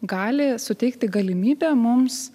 gali suteikti galimybę mums